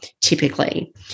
typically